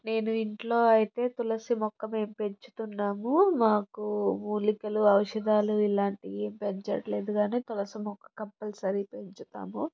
నేను ఇంట్లో అయితే తులసి మొక్క మేము పెంచుతున్నాము మాకు మూలికలు ఔషధాలు ఇలాంటివి ఏమీ పెంచట్లేదు కానీ తులసి మొక్క కంపల్సరీ పెంచుతాము